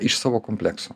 iš savo komplekso